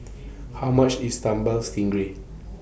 How much IS Sambal Stingray